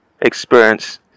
experience